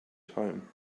time